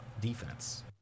defense